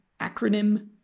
acronym